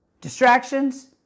Distractions